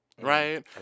Right